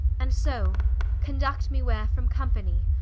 and so conduct me, where from company,